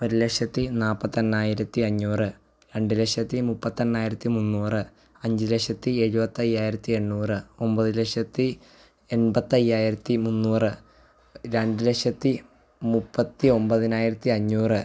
ഒരു ലക്ഷത്തി നാൽപ്പത്തി എണ്ണായിരത്തി അഞ്ഞൂറ് രണ്ട് ലക്ഷത്തി മുപ്പത്തി എണ്ണായിരത്തി മുന്നൂറ് അഞ്ച് ലക്ഷത്തി എഴുപത്തയ്യായിരത്തി എണ്ണൂറ് ഒൻപത് ലക്ഷത്തി എൺപത്തി അയ്യായിരത്തി മുന്നൂറ് രണ്ട് ലക്ഷത്തി മുപ്പത്തി ഒൻപതിനായിരത്തി അഞ്ഞൂറ്